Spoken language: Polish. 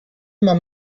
mam